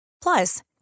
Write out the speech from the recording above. Plus